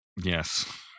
Yes